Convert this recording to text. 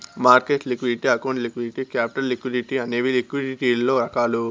market liquidity account liquidity capital liquidity అనేవి లిక్విడిటీలలో రకాలు